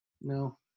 No